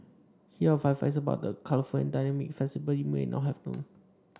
here are five facts about the colourful and dynamic festival you may not have known